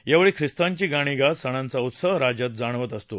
यावेळी ख्रिस्तांची गाणी गात सणाचा उत्साह राज्यात जाणवत असतो